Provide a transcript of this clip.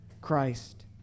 Christ